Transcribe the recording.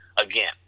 again